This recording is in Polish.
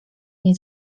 nie